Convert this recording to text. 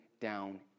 down